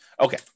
Okay